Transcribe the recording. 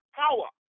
power